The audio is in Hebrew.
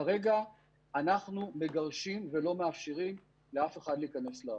כרגע אנחנו מגרשים ולא מאפשרים לאף אחד להיכנס לארץ.